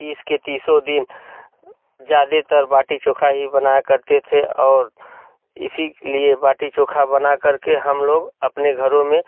तीस के तीसों दिन ज़्यादातर बाटी चोखा ही बनाया करते थे और इसलिए बाटी चोखा बना कर के हम लोग अपने घरों में